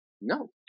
No